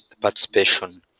participation